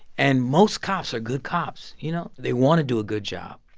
and most cops are good cops. you know, they want to do a good job.